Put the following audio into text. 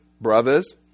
brothers